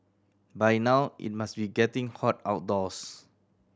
by now it must be getting hot outdoors